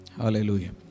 Hallelujah